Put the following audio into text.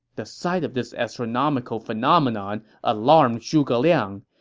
the sight of this astronomical phenomenon alarmed zhuge liang.